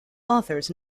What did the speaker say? authors